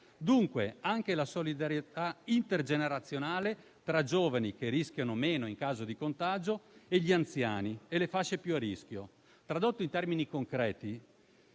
quindi, anche la solidarietà intergenerazionale tra giovani che rischiano meno in caso di contagio, gli anziani e le fasce più a rischio. Tradotto in termini concreti